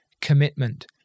commitment